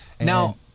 Now